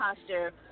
posture